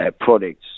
products